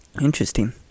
Interesting